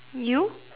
you